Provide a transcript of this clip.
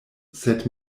sed